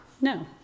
No